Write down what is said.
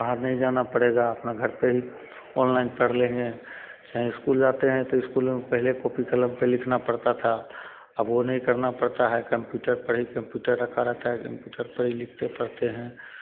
बाहर नहीं जाना पड़ेगा अपना घर पे ही अनलाइन पढ़ लेंगे चाहे स्कूल जाते है तो स्कूल में पहले कॉपी कलम में लिखना पड़ता था अब वो नहीं करना पड़ता है कंप्युटर पर ही कंप्युटर रखा रहता है कॉम्प्यूटर पर ही लिखते पढ़ते है